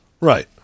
Right